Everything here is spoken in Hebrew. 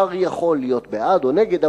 ההסתדרות הרפואית יכולה להיות בעד או נגד,